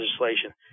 legislation